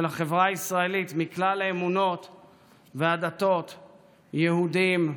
החברה הישראלית מכלל האמונות והדתות: יהודים,